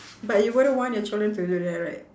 but you wouldn't want your children to do that right